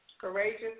courageous